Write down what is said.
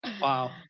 Wow